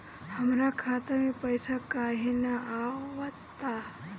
हमरा खाता में पइसा काहे ना आव ता?